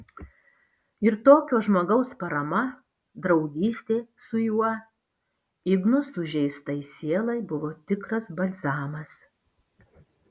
ir tokio žmogaus parama draugystė su juo igno sužeistai sielai buvo tikras balzamas